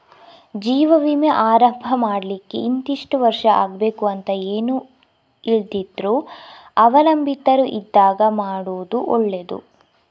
ಜೀವ ವಿಮೆ ಆರಂಭ ಮಾಡ್ಲಿಕ್ಕೆ ಇಂತಿಷ್ಟು ವರ್ಷ ಆಗ್ಬೇಕು ಅಂತ ಏನೂ ಇಲ್ದಿದ್ರೂ ಅವಲಂಬಿತರು ಇದ್ದಾಗ ಮಾಡುದು ಒಳ್ಳೆದು